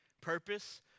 purpose